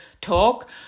talk